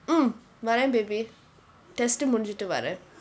mm வரேன்:varen baby test முடிச்சிட்டு வரேன்:mudichittu varen